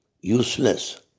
useless